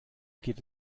geht